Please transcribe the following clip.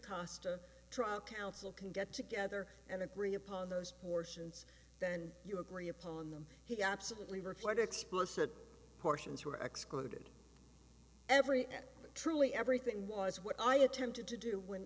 or trial counsel can get together and agree upon those portions then you agree upon them he absolutely required explicit portions were excluded every and truly everything was what i attempted to do when